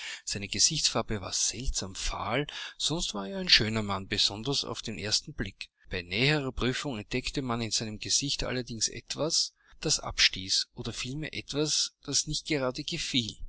seine gesichtsfarbe war seltsam fahl sonst war er ein schöner mann besonders auf den ersten blick bei näherer prüfung entdeckte man in seinem gesicht allerdings etwas das abstieß oder vielmehr etwas das nicht gerade gefiel